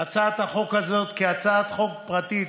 החוק הזאת כהצעת חוק פרטית,